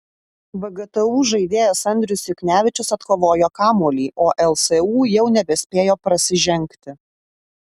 vgtu žaidėjas andrius juknevičius atkovojo kamuolį o lsu jau nebespėjo prasižengti